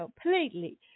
completely